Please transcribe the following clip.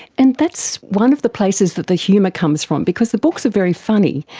and that's one of the places that the humour comes from, because the books are very funny,